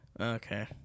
Okay